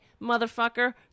motherfucker